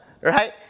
right